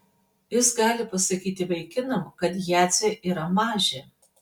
jis gali pasakyti vaikinam kad jadzė yra mažė